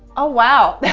ah wow!